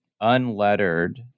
unlettered